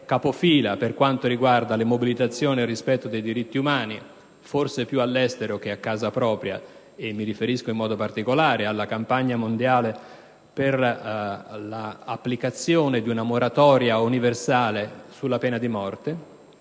capofila per quanto riguarda le mobilitazioni e il rispetto dei diritti umani: forse più all'estero che a casa propria (mi riferisco in particolare alla campagna mondiale per l'applicazione di una moratoria universale sulla pena di morte),